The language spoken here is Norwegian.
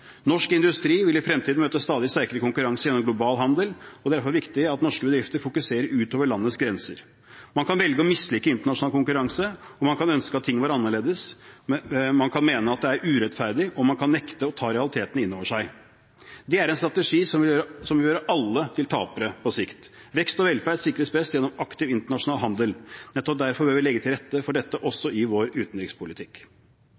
Norsk industri vil i fremtiden møte stadig sterkere konkurranse gjennom global handel, og det er derfor viktig at norske bedrifter fokuserer utover landets grenser. Man kan velge å mislike internasjonal konkurranse, og man kan ønske at ting var annerledes, man kan mene at det er urettferdig, og man kan nekte å ta realitetene innover seg. Det er en strategi som vil gjøre alle til tapere på sikt. Vekst og velferd sikres best gjennom aktiv internasjonal handel. Nettopp derfor bør vi legge til rette for dette også i vår utenrikspolitikk.